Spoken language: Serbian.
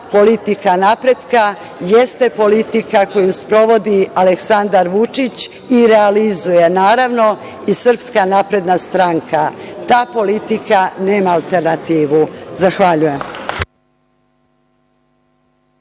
politika napretka, jeste politika koju sprovodi Aleksandar Vučić i realizuje i naravno i SNS. Ta politika nema alternativu. Zahvaljujem.